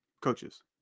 coaches